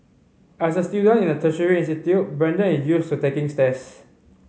as a student in a tertiary institute Brandon is used to taking